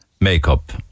Makeup